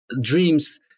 dreams